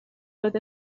oedd